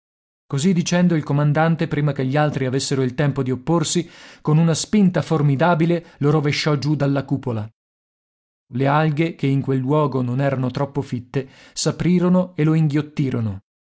così dicendo il comandante prima che gli altri avessero il tempo di opporsi con una spinta formidabile lo rovesciò giù dalla cupola le alghe che in quel luogo non erano troppo fitte s'aprirono e lo inghiottirono